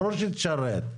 ברור שתשרת.